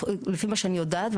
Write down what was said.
לפי מה שאני יודעת,